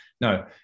No